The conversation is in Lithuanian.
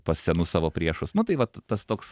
pas senus savo priešus nu tai vat tas toks